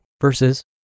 versus